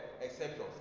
exceptions